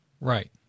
Right